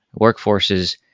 workforces